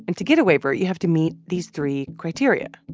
and to get a waiver, you have to meet these three criteria.